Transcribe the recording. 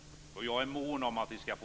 Det är jag mån om att vi skall få.